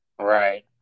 Right